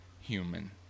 human